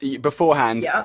beforehand